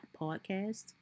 Podcast